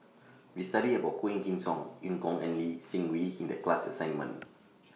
We studied about Quah Kim Song EU Kong and Lee Seng Wee in The class assignment